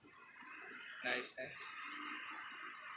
nice as